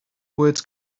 words